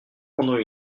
pendant